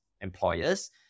employers